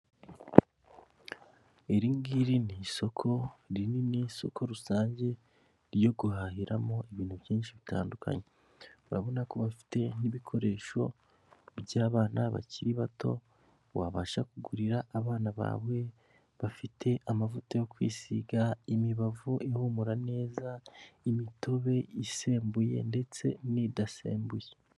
Iringiri ni isoko rinini , isoko rusange ryo guhahiramo ibintu byinshi bitandukanye urabona ko bafite n'ibikoresho by'abana bakiri bato wabasha kugurira abana bawe ,bafite amavuta yo kwisiga, imibavu ihumura neza imitobe isembuye ndetse n'idasembuye .